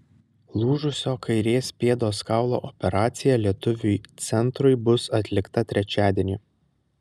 lūžusio kairės pėdos kaulo operacija lietuviui centrui bus atlikta trečiadienį